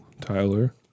Tyler